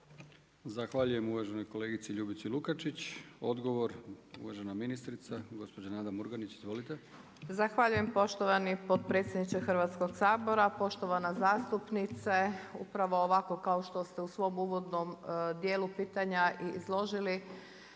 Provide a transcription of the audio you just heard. Zahvaljujem uvaženoj kolegici Ljubici Lukačić. Odgovor uvažena ministrica gospođa Nada Murganić. Izvolite. **Murganić, Nada (HDZ)** Zahvaljujem poštovani potpredsjedniče Hrvatskog sabora. Poštovana zastupnice, upravo ovako kao što ste u svom uvodnom dijelu pitanja i izložili,